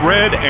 Red